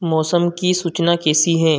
मौसम की सूचना कैसी है